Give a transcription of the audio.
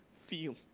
feel